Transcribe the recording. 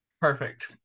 perfect